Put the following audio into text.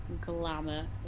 glamour